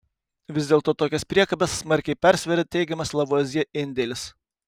vis dėlto tokias priekabes smarkiai persveria teigiamas lavuazjė indėlis